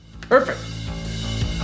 Perfect